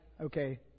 okay